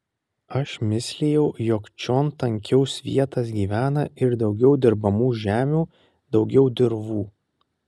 aš mislijau jog čion tankiau svietas gyvena ir daugiau dirbamų žemių daugiau dirvų